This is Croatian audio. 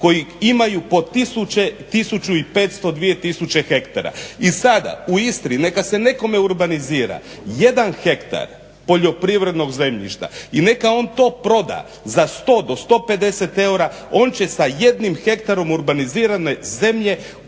dvije tisuće hektara. I sada u Istri neka se nekome urbanizira jedan hektar poljoprivrednog zemljišta i neka on to proda za 100 do 150 eura on će sa 1 ha urbanizirane zemlje